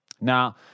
Now